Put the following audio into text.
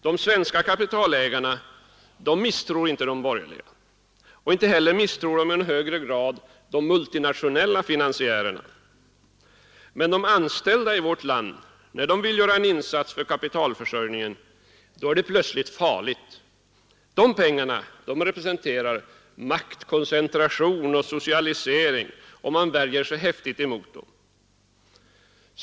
De borgerliga misstror inte de svenska kapitalägarna, och de misstror inte heller i högre grad de multinationella finansiärerna, men när de anställda i vårt land vill göra en insats för kapitalförsörjningen, är det plötsligt farligt. Då representerar pengarna maktkoncentration och socialisering, och det värjer man sig häftigt emot.